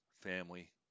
family